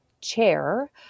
chair